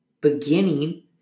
beginning